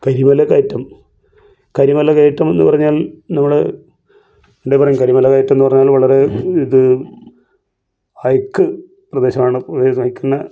കരിമല കയറ്റം കരിമല കയറ്റം എന്ന് പറഞ്ഞാൽ നമ്മള് എന്താ പറയുക കരിമല കയറ്റം എന്ന് പറഞ്ഞാൽ വളരെ ഇത് ഹൈക്ക് പ്രദേശമാണ് ഇവര് നിക്കുന്നേ